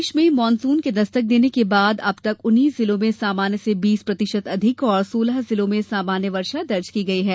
प्रदेश में मानसून के दस्तक देने के बाद अब तक उन्नीस जिलों में सामान्य से बीस प्रतिशत अधिक और सोलह जिलों में सामान्य वर्षा दर्ज की गई है